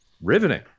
riveting